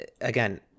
again